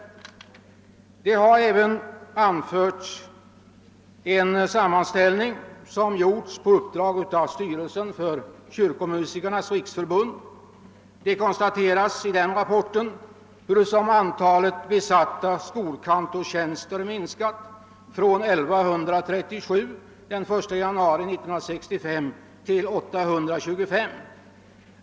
Man har även åberopat en sammanställning som gjorts på uppdrag av styrelsen för Kyrkomusikernas riksförbund. Det konstateras i den rapporten att antalet besatta skolkantorstjänster minskat från 1137 den 1 januari 1965 till 825.